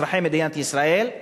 אזרחי מדינת ישראל,